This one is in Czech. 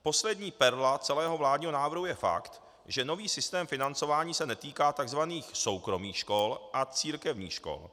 Poslední perla celého vládního návrhu je fakt, že nový sytém financování se netýká tzv. soukromých škol a církevních škol.